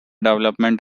development